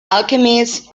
alchemist